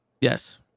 Yes